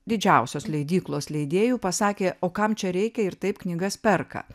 didžiausios leidyklos leidėjų pasakė o kam čia reikia ir taip knygas perka